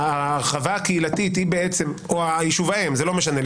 וההרחבה הקהילתית או יישוב האם זה לא משנה,